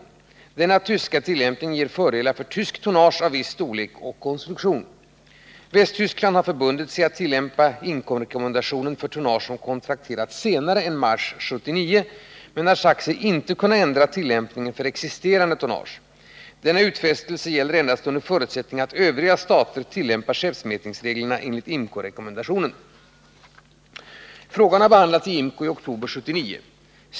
Denna tyska tillämpning ger fördelar för tyskt tonnage av viss storlek och konstruktion. Västtyskland har förbundit sig att tillämpa IMCO-rekommendationen för tonnage som kontrakterats senare än mars 1979 men har sagt sig inte kunna ändra tillämpningen för existerande tonnage. Denna utfästelse gäller endast under förutsättning att övriga stater tillämpar skeppmätningsreglerna enligt IMCO-rekommendationen. Frågan har behandlats i IMCO i oktober 1979.